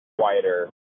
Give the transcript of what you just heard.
quieter